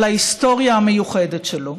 על ההיסטוריה המיוחדת שלו.